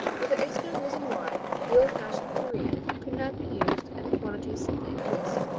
but there is no reason why the old-fashioned tureen could not be used and the quantities simply increased.